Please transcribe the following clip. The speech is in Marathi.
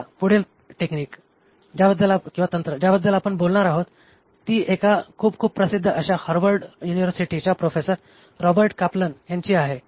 आता पुढील टेक्निक ज्याबद्दल आपण बोलणार आहोत टी एका खूप खूप प्रसिद्ध अशा हार्वर्ड युनिवरसिटीच्या प्रोफेसर रॉबर्ट काप्लन यांची आहे